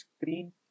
screen